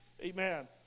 Amen